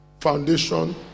foundation